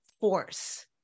force